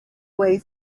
way